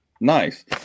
Nice